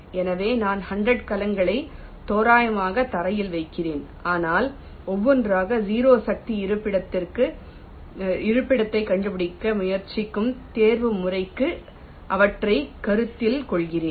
எனவே நான் 100 கலங்களை தோராயமாக தரையில் வைக்கிறேன் ஆனால் ஒவ்வொன்றாக 0 சக்தி இருப்பிடத்தைக் கண்டுபிடிக்க முயற்சிக்கும் தேர்வுமுறைக்கு அவற்றைக் கருத்தில் கொள்கிறேன்